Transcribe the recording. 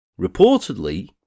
Reportedly